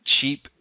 cheap